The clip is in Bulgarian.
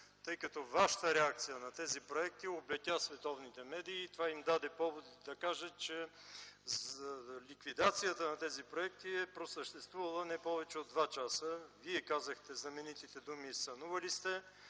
Реакцията Ви за тези проекти облетя световните медии и им даде повод да кажат, че ликвидацията на тези проекти е просъществувала не повече от два часа. Вие казахте знаменитите думи: „Сънували сте.